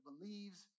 believes